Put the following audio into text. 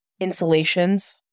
Insulations